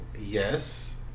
yes